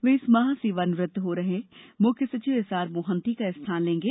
वे इस माह सेवानिवृत्त हो रहे मुख्य सचिव एसआर मोहंती का स्थान लेंगे